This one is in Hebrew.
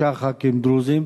שישה ח"כים דרוזים.